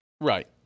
right